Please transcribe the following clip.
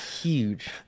Huge